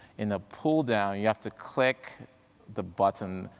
in the pull down, you have to click the button,